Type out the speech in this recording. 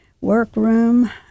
workroom